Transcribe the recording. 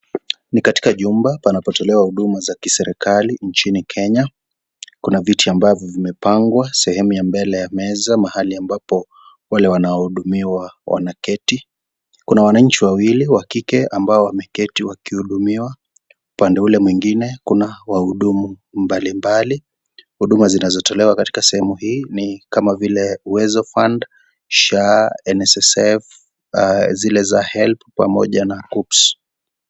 Ni katika jumba panapotolewa huduma za kiserikali nchini Kenya. Kuna viti ambavyo vimepangwa sehemu ya mbele ya meza mahali ambapo wale wanaohudumiwa wanaketi. Kuna wananchi wawili wa kike ambao wameketi wakihudumiwa. Upande ule mwingine kuna wahudumu mbalimbali. Huduma zinazotolewa katika sehemu hii ni kama vile Uwezo Fund, SHA, NSSF , zile za HELB pamoja na KUCCPS .